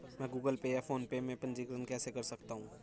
मैं Google Pay या PhonePe में पंजीकरण कैसे कर सकता हूँ?